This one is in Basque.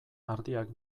ardiak